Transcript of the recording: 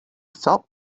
felt